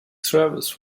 travis